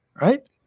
right